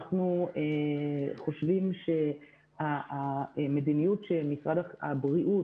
אנחנו חושבים שהמדיניות שמשרד הבריאות